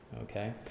okay